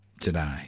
today